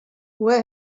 where